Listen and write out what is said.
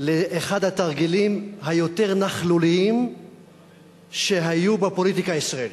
לאחד התרגילים היותר נכלוליים שהיו בפוליטיקה הישראלית,